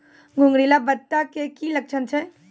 घुंगरीला पत्ता के की लक्छण छै?